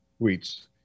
tweets